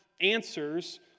answers